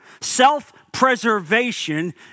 Self-preservation